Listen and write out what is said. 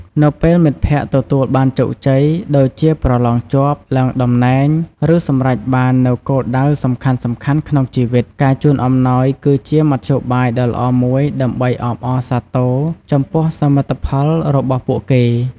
នៅពេលមិត្តភក្តិទទួលបានជោគជ័យ ដូចជាប្រឡងជាប់ ឡើងតំណែង ឬសម្រេចបាននូវគោលដៅសំខាន់ៗក្នុងជីវិត ការជូនអំណោយគឺជាមធ្យោបាយដ៏ល្អមួយដើម្បីអបអរសាទរចំពោះសមិទ្ធផលរបស់ពួកគេ។